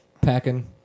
packing